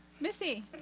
Missy